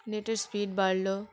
নেটের স্পিড বাড়ল